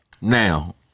Now